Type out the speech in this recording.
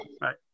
right